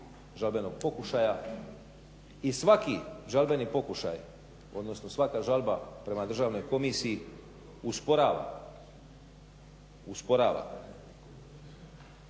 žalbenog pokušaja i svaki žalbeni pokušaj, odnosno svaka žalba prema Državnoj komisiji usporava provođenje